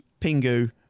Pingu